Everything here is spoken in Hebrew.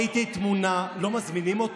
ראיתי תמונה שממש הלחיצה אותנו,